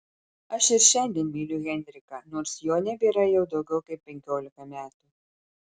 aš ir šiandien myliu henriką nors jo nebėra jau daugiau kaip penkiolika metų